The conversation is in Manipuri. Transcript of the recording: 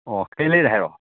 ꯑꯣ ꯀꯩ ꯂꯩꯔꯦ ꯍꯥꯏꯔꯛꯑꯣ